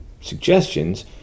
suggestions